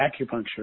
acupuncture